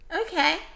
Okay